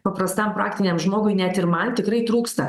paprastam praktiniam žmogui net ir man tikrai trūksta